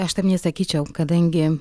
aš taip nesakyčiau kadangi